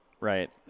Right